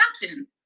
captain